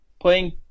playing